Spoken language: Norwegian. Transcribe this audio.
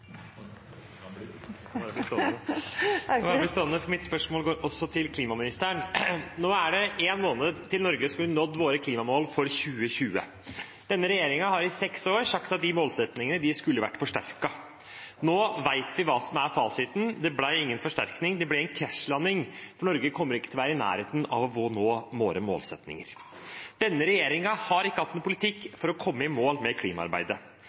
Mitt spørsmål går også til klimaministeren. Nå er det én måned til Norge skulle nådd våre klimamål for 2020. Denne regjeringen har i seks år sagt at de målsettingene skulle vært forsterket. Nå vet vi hva som er fasiten: Det ble ingen forsterkning, det ble en krasjlanding, for Norge kommer ikke til å være i nærheten av å nå våre målsettinger. Denne regjeringen har ikke hatt noen politikk for å komme i mål med klimaarbeidet.